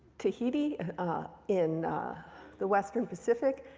tahiti in the western pacific.